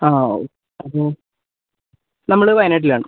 ആ ഓ അപ്പോൾ നമ്മൾ വയനാട്ടിലാണ്